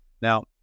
Now